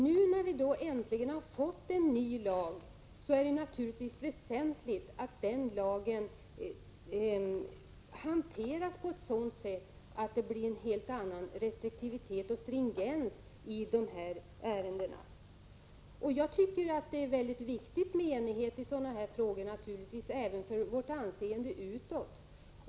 Nu, när vi äntligen har fått en ny lag, är det naturligtvis väsentligt att den lagen hanteras så att det blir en helt annan restriktivitet och stringens i dessa ärenden. Det är naturligtvis mycket viktigt med enighet i sådana här frågor, även med hänsyn till vårt anseende utåt.